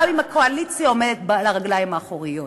גם אם הקואליציה עומדת על הרגליים האחוריות.